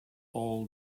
all